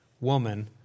woman